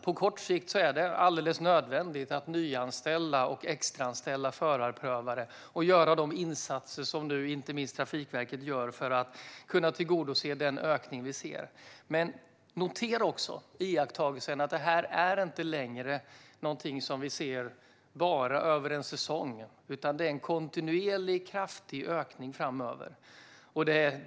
På kort sikt är det alldeles nödvändigt att nyanställa och extraanställa förarprövare och göra de insatser som inte minst Trafikverket nu gör för att kunna tillgodose den ökning vi ser. Men notera också iakttagelsen att detta inte längre är något vi ser bara över en säsong - det är en kontinuerlig kraftig ökning framöver.